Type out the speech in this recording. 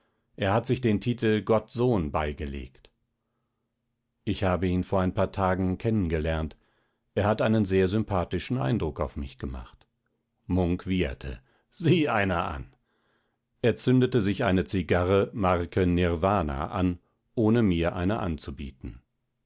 er hat sich den titel gottsohn beigelegt ich habe ihn vor ein paar tagen kennengelernt er hat einen sehr sympathischen eindruck auf mich gemacht munk wieherte sieh einer an er zündete sich eine zigarre marke nirwana an ohne mir eine anzubieten